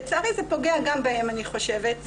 לצערי זה פוגע גם בהן, אני חושבת.